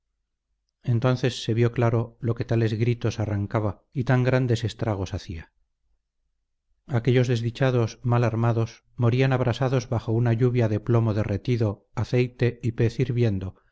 entonces se vio claro lo que tales gritos arrancaba y tan grandes estragos hacía aquellos desdichados mal armados morían abrasados bajo una lluvia de plomo derretido aceite y pez hirviendo